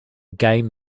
game